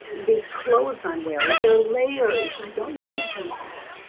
these clothes i'm wearing, they're layers, i don't need them all.